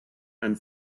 and